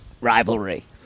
rivalry